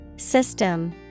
System